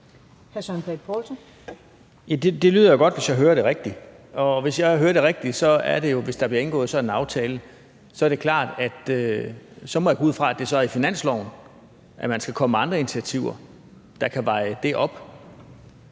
jeg hørte rigtigt. Det, jeg hører, er, at hvis der bliver indgået en sådan aftale, kan jeg gå ud fra, at det er i finansloven, at man skal komme med andre initiativer, der kan veje det op.